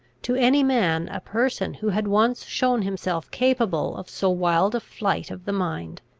to any man a person who had once shown himself capable of so wild a flight of the mind,